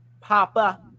papa